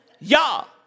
Y'all